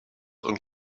und